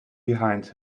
behind